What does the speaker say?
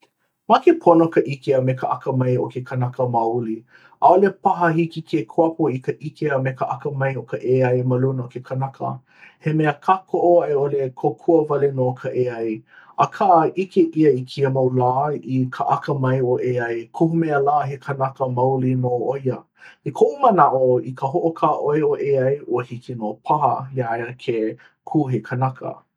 Makepono ka ʻike a me ke akamai o ke kanaka maoli. ʻAʻole paha hiki ke kuapo i ka ʻike a me ke akamai o ka AI ma luna o ke kanaka. He mea kākoʻo a i ʻole kōkua wale nō ka AI. Akā ʻike ʻia i kēia mau lā i ka akamai o AI kohu mea lā he kanaka maoli nō ʻo ia. I koʻu manaʻo i ka hoʻokāʻoi o AI ua hiki nō paha iā ia ke kū he kanaka.